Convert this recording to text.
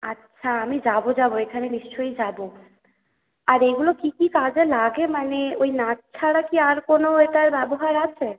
আচ্ছা আমি যাব যাব এখানে নিশ্চয়ই যাব আর এগুলো কী কী কাজে লাগে মানে ওই নাচ ছাড়া কি আর কোন ওটার ব্যবহার আছে